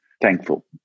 thankful